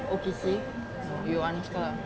O_K_C you answer ah